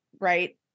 right